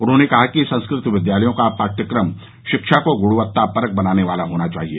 उन्होंने कहा कि संस्कृत विद्यालयों का पादकम शिक्षा को गुणवत्तापरक बनाने वाला होना चाहिए